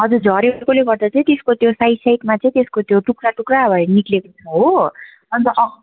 हजुर झरेकोले गर्दा चाहिँ त्यसको त्यो साइड साइडमा त्यसको त्यो टुक्रा टुक्रा भएर निक्लेको छ हो अन्त